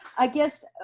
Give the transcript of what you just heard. i guess, ah